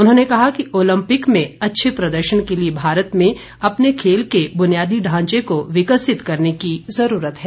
उन्होंने कहा कि ओलम्पिक में अच्छे प्रदर्शन के लिए भारत में अपने खेल के बुनियादी ढांचे को विकासित करने की जरूरत है